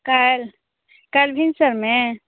काल्हि काल्हि भिनसरमे